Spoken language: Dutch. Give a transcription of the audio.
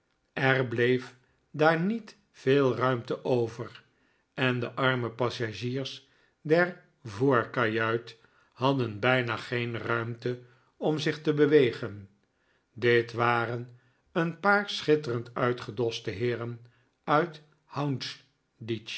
er bleef daar niet veel ruimte over en de arme passagiers der voorkajuit hadden bijna geen ruimte om zich te bewegen dit waren een paar schitterend uitgedoste heeren uit houndsditch